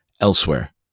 elsewhere